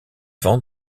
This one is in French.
vend